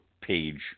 page